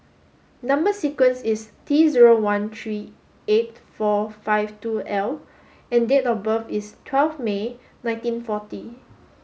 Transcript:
number sequence is T zero one three eight four five two L and date of birth is twelve May nineteen forty